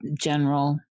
general